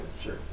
sure